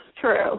true